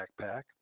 backpack